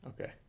Okay